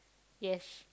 yes